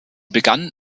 begann